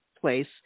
place